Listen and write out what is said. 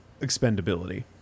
expendability